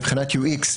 מבחינת UX,